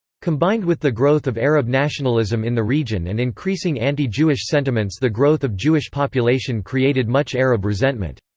combined with the growth of arab nationalism in the region and increasing anti-jewish sentiments the growth of jewish population created much arab resentment.